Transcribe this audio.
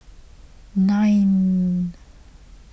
nine